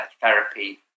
therapy